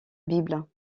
bible